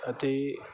ਅਤੇ